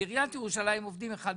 בעיריית ירושלים עובדים כ-1.6%.